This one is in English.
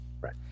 right